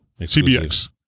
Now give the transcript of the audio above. CBX